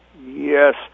Yes